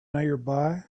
nearby